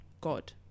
God